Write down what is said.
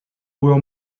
were